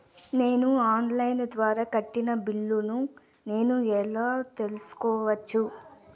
On line ద్వారా కట్టిన బిల్లును నేను ఎలా తెలుసుకోవచ్చు?